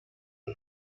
und